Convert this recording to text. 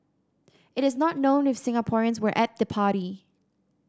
it is not known if Singaporeans were at the party